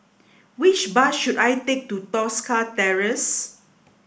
which bus should I take to Tosca Terrace